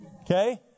Okay